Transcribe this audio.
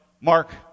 Mark